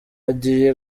agiye